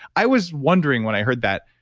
i was wondering when i heard that,